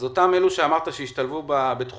אותם אלו שאמרת שהשתלבו בבית החולים,